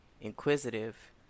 inquisitive